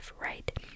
right